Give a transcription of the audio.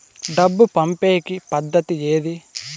డబ్బు పంపేకి పద్దతి ఏది